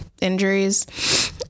injuries